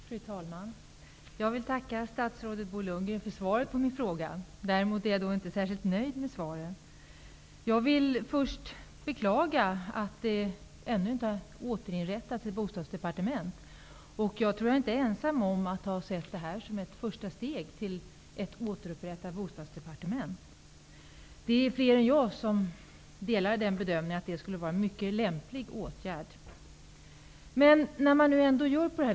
Fru talman! Jag tackar statsrådet Bo Lundgren för svaret på min fråga. Däremot är jag inte särskilt nöjd med svaret. Jag vill först beklaga att ett bostadsdepartement ännu inte har återinrättats, och jag tror inte att jag är ensam om att ha sett detta som ett första steg till ett återinrättat bostadsdepartement. Många med mig gör bedömningen att det skulle vara en mycket lämplig åtgärd.